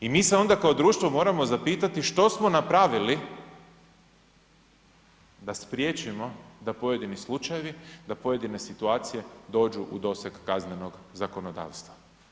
I mi se onda kao društvo moramo zapitati što smo napravili da spriječimo da pojedini slučaji, da pojedine situacije dođu u doseg kaznenog zakonodavstva.